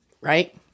Right